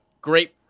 great